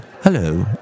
Hello